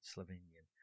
Slovenian